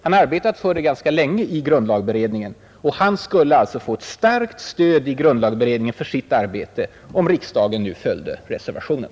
Han har arbetat för den ganska länge i grundlagberedningen, och han skulle få ett starkt stöd där för sitt arbete, om riksdagen nu följde reservationen.